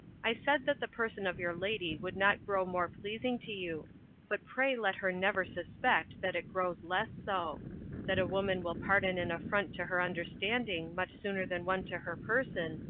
i said that the person of your lady would not grow more pleasing to you but pray let her never suspect that it grows less so that a woman will pardon an affront to her understanding much sooner than one to her person,